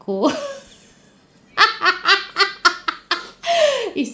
~ko it's